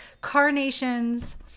carnations